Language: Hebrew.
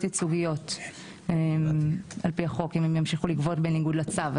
ייצוגיות אם הן ימשיכו לגבות בניגוד לצו.